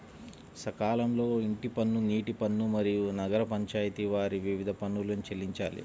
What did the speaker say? సకాలంలో ఇంటి పన్ను, నీటి పన్ను, మరియు నగర పంచాయితి వారి వివిధ పన్నులను చెల్లించాలి